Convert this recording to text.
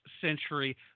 century